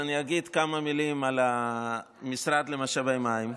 אני אגיד כמה מילים על המשרד למשאבי מים.